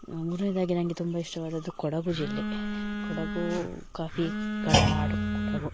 ಮೂರನೇದಾಗಿ ನಂಗೆ ತುಂಬ ಇಷ್ಟವಾದದ್ದು ಕೊಡಗು ಜಿಲ್ಲೆ ಕೊಡಗೂ ಕಾಫಿಗಳ ನಾಡು ಕೊಡಗು